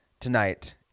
Tonight